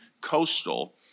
coastal